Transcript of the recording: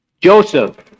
Joseph